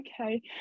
okay